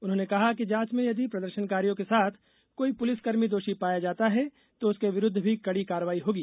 उन्होंने कहा कि जांच में यदि प्रदर्षनकारियों के साथ कोई पुलिसकर्मी दोषी पाया जाता है तो उसके विरुद्व भी कड़ी कार्रवाई होगी